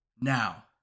Now